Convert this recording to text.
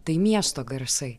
tai miesto garsai